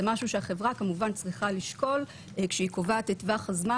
זה משהו שהחברה צריכה לשקול כשהיא קובעת את טווח הזמן,